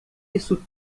isso